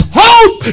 hope